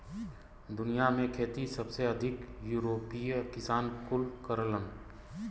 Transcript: दुनिया में खेती सबसे अधिक यूरोपीय किसान कुल करेलन